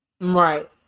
Right